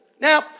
Now